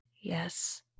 Yes